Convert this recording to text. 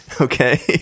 Okay